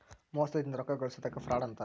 ಮೋಸದಿಂದ ರೊಕ್ಕಾ ಗಳ್ಸೊದಕ್ಕ ಫ್ರಾಡ್ ಅಂತಾರ